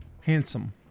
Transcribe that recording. Handsome